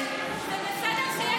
של תמיכות בסדרות,